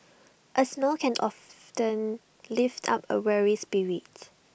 A smile can often lift up A weary spirit